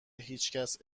هیچکس